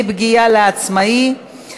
מוות במרשם רופא),